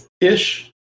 Ish